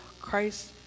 Christ